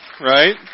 Right